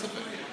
אין ספק.